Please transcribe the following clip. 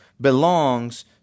belongs